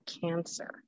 cancer